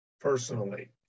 personally